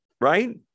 right